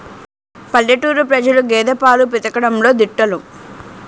పల్లెటూరు ప్రజలు గేదె పాలు పితకడంలో దిట్టలు